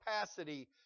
capacity